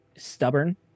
stubborn